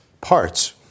Parts